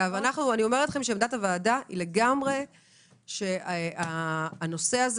אני אומרת לכם שעמדת הוועדה היא לגמרי שהנושא הזה